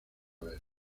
ver